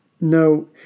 No